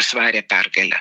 svarią pergalę